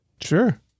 sure